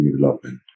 development